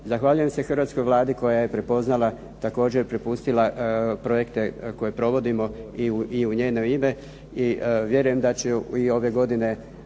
zahvaljujem se hrvatskoj Vladi koja je prepoznala, također prepustila projekte koje provodimo i u njeno ime. I vjerujem da će i ove godine